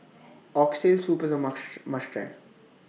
Oxtail Soup IS A must must Try